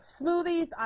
smoothies